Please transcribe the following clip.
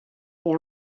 est